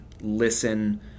listen